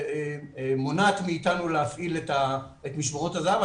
מונעת מאתנו להפעיל את משמרות הזה"ב.